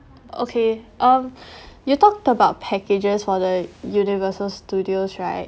okay um you talked about packages for the universal studios right